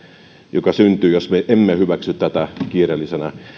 joka syntyy jos me emme hyväksy tätä kiireellisenä